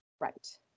right